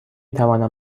توانم